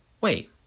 Wait